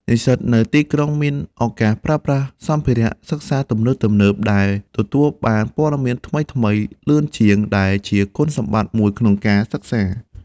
និស្សិតនៅទីក្រុងមានឱកាសប្រើប្រាស់សម្ភារៈសិក្សាទំនើបៗ និងទទួលបានព័ត៌មានថ្មីៗលឿនជាង ដែលជាគុណសម្បត្តិមួយក្នុងការសិក្សា។